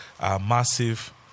massive